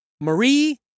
Marie